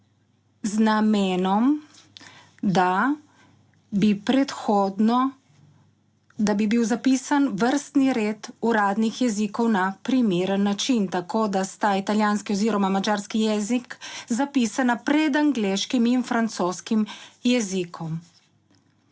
z namenom, da bi bil zapisan vrstni red uradnih jezikov na primeren način. Tako da sta italijanski oziroma madžarski jezik zapisana pred angleškim in francoskim jezikom.